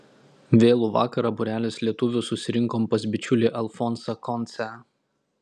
vėlų vakarą būrelis lietuvių susirinkom pas bičiulį alfonsą koncę